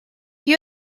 you